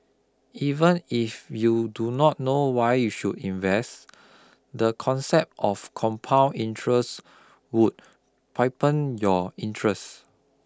even if you do not know why you should invest the concept of compound interest would your interest